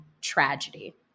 tragedy